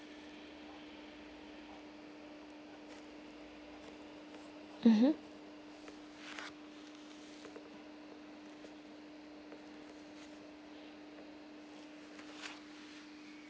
mmhmm